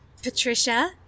Patricia